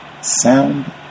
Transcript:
sound